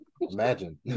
imagine